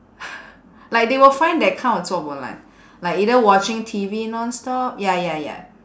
like they will find that kind of 做 bo lan like either watching T_V non stop ya ya ya